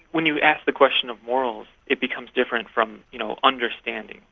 when you ask the question of morals, it becomes different from you know understanding.